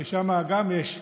ששם גם יש דיקטטור,